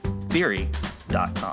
theory.com